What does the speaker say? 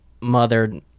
mother